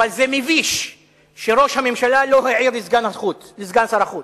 אבל זה מביש שראש הממשלה לא העיר לסגן שר החוץ.